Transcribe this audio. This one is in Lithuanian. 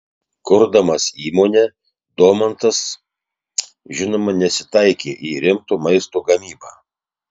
kurdamas įmonę domantas žinoma nesitaikė į rimto maisto gamybą